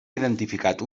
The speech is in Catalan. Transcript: identificat